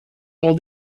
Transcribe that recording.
all